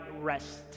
rest